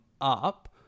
up